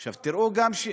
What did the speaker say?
עכשיו, תראו גם,